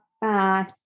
Bye